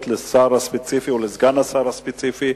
לשר הספציפי או לסגן השר הספציפי.